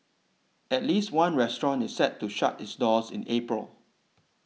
at least one restaurant is set to shut its doors in April